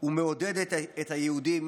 ומעודדת את היהודים,